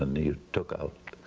and you took out,